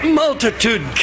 multitude